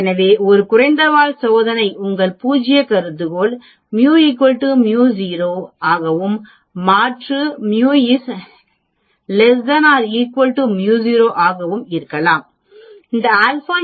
எனவே ஒரு குறைந்த வால் சோதனை உங்கள் பூஜ்ய கருதுகோள் μ μ 0 ஆகவும் மாற்று μ≤ μ 0 ஆகவும் இருக்கலாம்